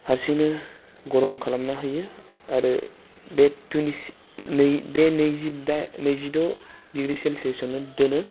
हारसिंनो गरम खालामना होयो आरो बे टुइनसि नै बे नैजिदा नैजिद' डिग्रि सेलसियासआवनो दोनो